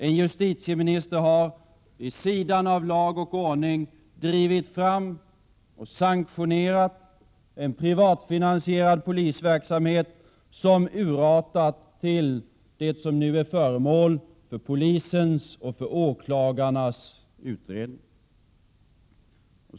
En justitieminister har — vid sidan av lag och ordning — drivit fram och sanktionerat en privatfinansierad polisverksamhet som urartat till det som nu är föremål för polisens och åklagarnas utredning.